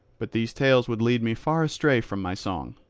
but these tales would lead me far astray from my song.